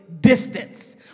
distance